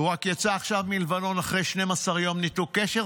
הוא רק יצא עכשיו מלבנון אחרי 12 יום ניתוק קשר.